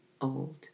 old